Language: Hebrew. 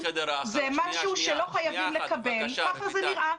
משהו שלא חייבים לקבל ככה זה נראה.